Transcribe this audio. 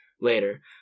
later